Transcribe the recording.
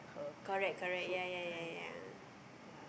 correct correct ya ya ya ya